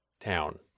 town